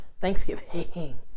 thanksgiving